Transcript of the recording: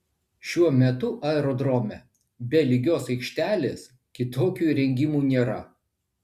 šiuo metu aerodrome be lygios aikštelės kitokių įrengimų nėra